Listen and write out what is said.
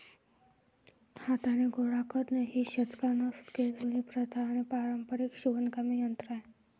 हाताने गोळा करणे ही शतकानुशतके जुनी प्रथा आणि पारंपारिक शिवणकामाचे तंत्र आहे